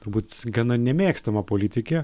turbūt gana nemėgstama politikė